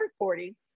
recording